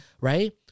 Right